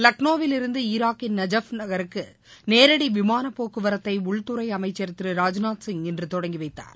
லக்னோவில் இருந்து ஈராக்கின் நஜாஃப் நகருக்கு நேரடி விமான போக்குவரத்தை உள்துறை அமைச்சர் திரு ராஜ்நாத்சிங் இன்று தொடங்கிவைத்தார்